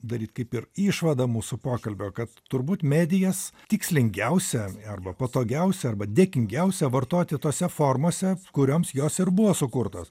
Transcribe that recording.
daryt kaip ir išvadą mūsų pokalbio kad turbūt medijas tikslingiausia arba patogiausia arba dėkingiausia vartoti tose formose kurioms jos ir buvo sukurtos